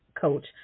coach